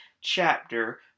chapter